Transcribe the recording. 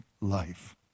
life